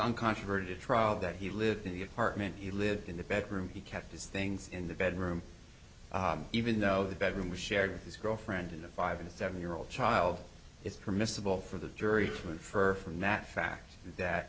uncontroverted trial that he lived in the apartment he lived in the bedroom he kept his things in the bedroom even though the bedroom was shared with his girlfriend in the five and seven year old child it's permissible for the jury to infer from that fact that